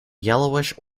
yellowish